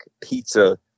pizza